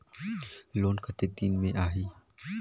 Loan कतेक दिन मे आही?